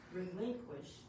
relinquish